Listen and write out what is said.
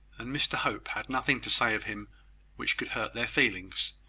and mr hope had nothing to say of him which could hurt their feelings.